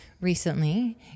recently